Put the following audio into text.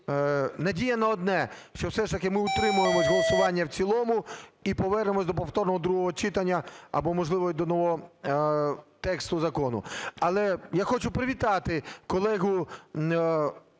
Надія на одне, що все ж таки ми утримаємося від голосування в цілому і повернемося до повторного другого читання або, можливо, і до нового тексту закону. Але я хочу привітати колегу